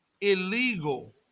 illegal